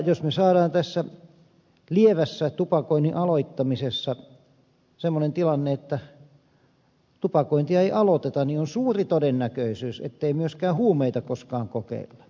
jos me saamme tässä lievässä tupakoinnin aloittamisessa semmoisen tilanteen että tupakointia ei aloiteta on suuri todennäköisyys ettei myöskään huumeita koskaan kokeilla ei ainakaan niitä käydä käyttämään